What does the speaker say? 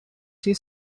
his